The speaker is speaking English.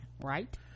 right